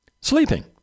Sleeping